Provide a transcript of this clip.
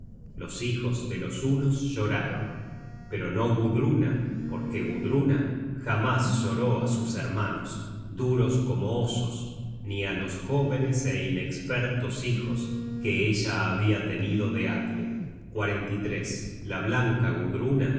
los hijos de los hunos lloraron pero no gudruna porque gudruna jamás lloró á sus hermanos duros como osos ni á los jóvenes é inespertos hijos que ella habia tenido de atle la blanca gudruna